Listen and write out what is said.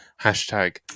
hashtag